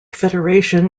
federation